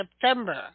September